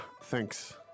thanks